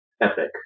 epic